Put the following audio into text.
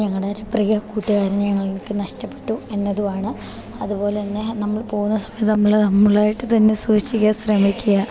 ഞങ്ങളുടെ ഒരു പ്രിയ കൂട്ടുകാരനെ ഞങ്ങൾക്ക് നഷ്ടപ്പെട്ടു എന്നതുമാണ് അതുപോലെ തന്നെ നമ്മൾ പോകുന്ന സമയത്ത് നമ്മൾ നമ്മളായിട്ട് തന്നെ സൂക്ഷിക്കാൻ ശ്രമിക്കുക